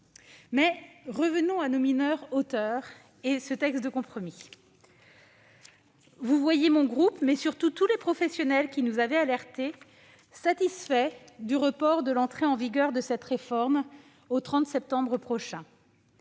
Mais revenons à nos mineurs auteurs et à ce texte de compromis. Mon groupe, comme tous les professionnels qui nous avaient alertés, est satisfait du report de l'entrée en vigueur de cette réforme au 30 septembre prochain